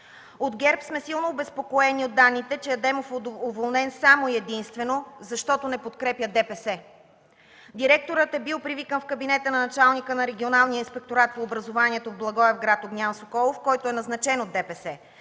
От ГЕРБ сме силно обезпокоени от данните, че Адемов е уволнен само и единствено, защото не подкрепя ДПС. Директорът е бил привикан в кабинета на началника на Регионалния инспекторат по образованието – Благоевград, Огнян Соколов, който е назначен от ДПС.